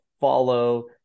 follow